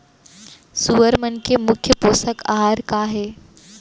सुअर मन के मुख्य पोसक आहार का हे?